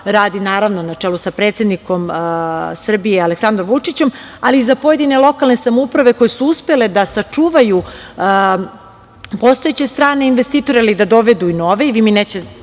radi, naravno, na čelu sa predsednikom Srbije Aleksandrom Vučićem, ali i za pojedine lokalne samouprave koje su uspele da sačuvaju postojeće strane investitore, ali i da dovedu i nove. Nećete